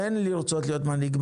אין לרצות להיות מנהיג.